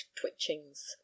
twitchings